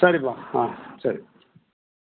சரிப்பா ஆ சரி